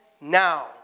now